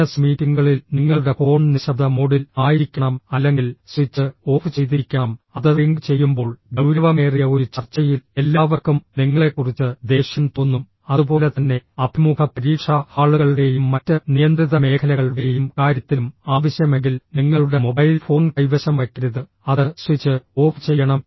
business മീറ്റിംഗുകളിൽ നിങ്ങളുടെ phone നിശബ്ദ മോഡിൽ ആയിരിക്കണം അല്ലെങ്കിൽ സ്വിച്ച് ഓഫ് ചെയ്തിരിക്കണം അത് റിംഗ് ചെയ്യുമ്പോൾ ഗൌരവമേറിയ ഒരു ചർച്ചയിൽ എല്ലാവർക്കും നിങ്ങളെക്കുറിച്ച് ദേഷ്യം തോന്നും അതുപോലെ തന്നെ അഭിമുഖ പരീക്ഷാ ഹാളുകളുടെയും മറ്റ് നിയന്ത്രിത മേഖലകളുടെയും കാര്യത്തിലും ആവശ്യമെങ്കിൽ നിങ്ങളുടെ മൊബൈൽ ഫോൺ കൈവശം വയ്ക്കരുത് അത് സ്വിച്ച് ഓഫ് ചെയ്യണം